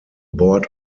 board